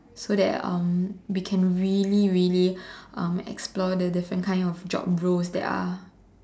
so that um we can really really um explore the different kind of job roles there are